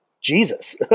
Jesus